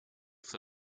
for